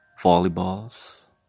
volleyballs